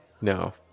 No